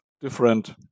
different